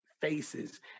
faces